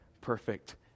perfect